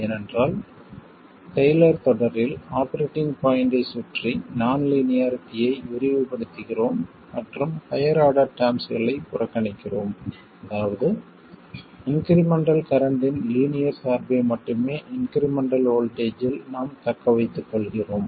ஏனென்றால் டெய்லர் தொடரில் ஆபரேட்டிங் பாய்ண்ட்டைச் சுற்றி நான் லீனியாரிட்டியை விரிவுபடுத்துகிறோம் மற்றும் ஹையர் ஆர்டர் டெர்ம்ஸ்களை புறக்கணிக்கிறோம் அதாவது இன்க்ரிமெண்டல் கரண்ட்டின் லீனியர் சார்பை மட்டுமே இன்க்ரிமெண்டல் வோல்ட்டேஜ்ஜில் நாம் தக்கவைத்துக் கொள்கிறோம்